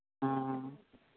हाँ